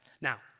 Now